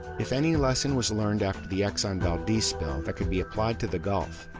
if any lesson was learned after the exxon valdez spill that could be applied to the gulf,